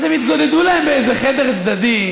אז הם התגודדו להם באיזה חדר צדדי,